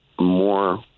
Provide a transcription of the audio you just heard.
more